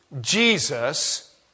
Jesus